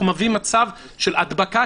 מביאים מצב של הדבקה,